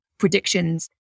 Predictions